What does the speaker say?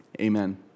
Amen